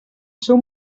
seu